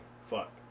fuck